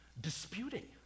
disputing